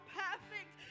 perfect